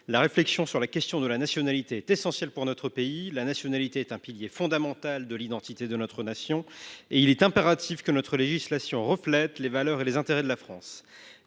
La réflexion sur la question de la nationalité est essentielle pour notre pays. La nationalité est un pilier fondamental de l’identité de notre nation. Il est impératif que notre législation reflète les valeurs et les intérêts de la France.